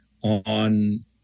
on